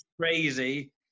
crazy